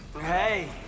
Hey